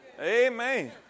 Amen